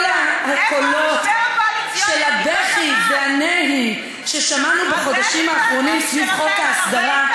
לפי כל הקולות של הבכי והנהי ששמענו בחודשים האחרונים סביב חוק ההסדרה,